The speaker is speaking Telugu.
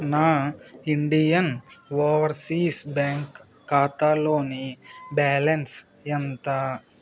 నా ఇండియన్ ఓవర్సీస్ బ్యాంక్ ఖాతాలోని బ్యాలన్స్ ఎంత